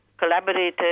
collaborated